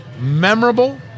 memorable